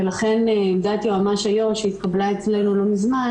ולכן עמדת יועמ"ש איו"ש שהתקבלה אצלנו לא מזמן,